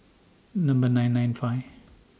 Number nine nine five